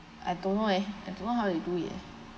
I don't know eh I don't know how they do it eh